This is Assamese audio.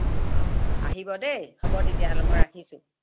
অ অ আহিব দেই হ'ব তেতিয়াহ'লে মই ৰাখিছোঁ